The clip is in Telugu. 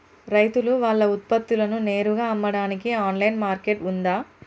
రైతులు వాళ్ల ఉత్పత్తులను నేరుగా అమ్మడానికి ఆన్లైన్ మార్కెట్ ఉందా?